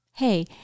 Hey